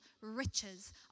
riches